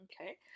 okay